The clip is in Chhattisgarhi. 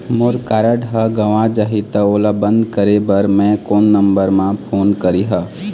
मोर कारड गंवा जाही त ओला बंद करें बर मैं कोन नंबर म फोन करिह?